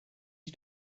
you